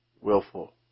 willful